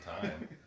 time